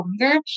longer